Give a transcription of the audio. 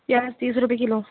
پیاز تیس روپئے کلو